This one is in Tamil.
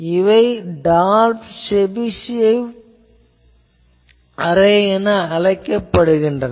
இவை டால்ப் செபிஷேவ் அரே என அழைக்கப்படுகின்றன